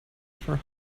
for